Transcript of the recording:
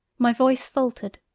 my voice faltered,